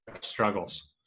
struggles